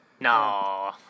No